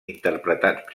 interpretats